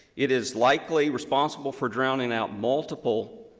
it is likely responsible for drowning out multiple